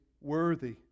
worthy